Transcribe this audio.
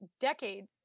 decades